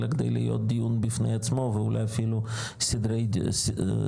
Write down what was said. אלא כדי להיות דיון בפני עצמו ואולי אפילו סדרת דיונים.